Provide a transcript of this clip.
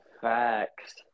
Facts